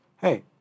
hey